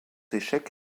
échecs